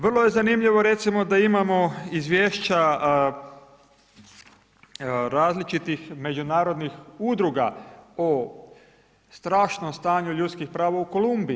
Vrlo je zanimljivo recimo da imamo izvješća različitih međunarodnih udruga o strašnom stanju ljudskih prava u Kolumbiji.